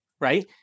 Right